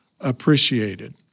appreciated